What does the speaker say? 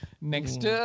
Next